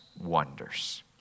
wonders